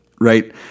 right